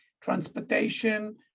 transportation